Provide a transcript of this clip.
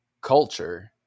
culture